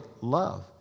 love